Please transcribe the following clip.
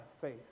faith